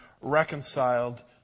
reconciled